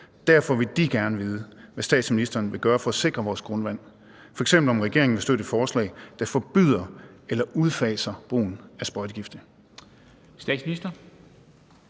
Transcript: Derfor vil de gerne vide, hvad statsministeren vil gøre for at sikre vores grundvand; f.eks. om regeringen vil støtte forslag, der forbyder eller udfaser brugen af sprøjtegifte.